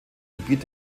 gebiet